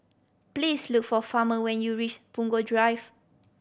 please look for Farmer when you reach Punggol Drive